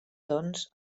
doncs